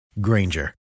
Granger